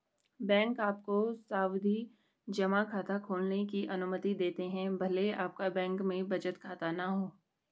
bank आपको सावधि जमा खाता खोलने की अनुमति देते हैं भले आपका बैंक में बचत खाता न हो